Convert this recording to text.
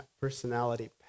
personality